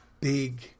big